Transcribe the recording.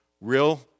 real